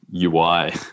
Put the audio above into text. UI